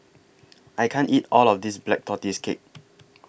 I can't eat All of This Black Tortoise Cake